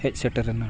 ᱦᱮᱡ ᱥᱮᱴᱮᱨ ᱮᱱᱟ